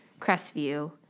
Crestview